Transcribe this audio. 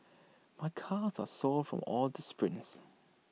my calves are sore from all the sprints